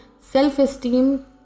self-esteem